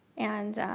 and.